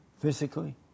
physically